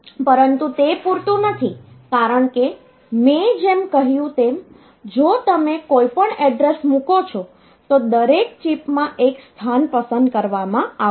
હવે પરંતુ તે પૂરતું નથી કારણ કે મેં જેમ કહ્યું તેમ જો તમે કોઈપણ એડ્રેસ મૂકો છો તો દરેક ચિપમાં એક સ્થાન પસંદ કરવામાં આવશે